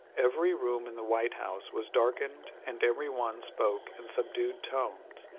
every room in the white house was darkened, and every one spoke in subdued tones,